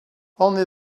only